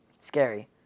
scary